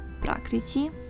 Prakriti